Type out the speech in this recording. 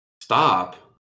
Stop